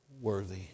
worthy